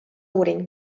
uuring